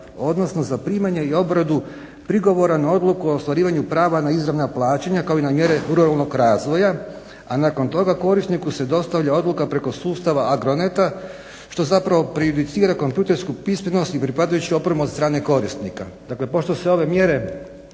odnosno za primanje i obradu prigovora na odluku o ostvarivanju prava na izravna plaćanja kao i na mjere ruralnog razvoja, a nakon toga korisniku se dostavlja odluka preko sustava agroneta što zapravo prejudicira kompjutorsku pismenost i pripadajuću opremu od strane korisnika. Dakle pošto se ove mjere